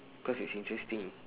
cause it's interesting